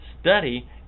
study